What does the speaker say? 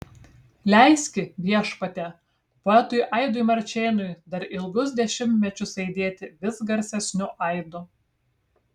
leiski viešpatie poetui aidui marčėnui dar ilgus dešimtmečius aidėti vis garsesniu aidu